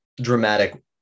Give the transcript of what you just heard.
dramatic